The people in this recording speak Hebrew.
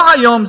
לא היום,